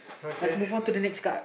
lets move on to the next guard